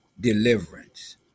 deliverance